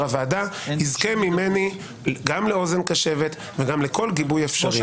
-- יזכה ממני גם לאוזן קשבת וגם לכל גיבוי אפשרי.